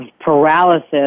paralysis